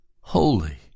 Holy